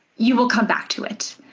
you will come back to it.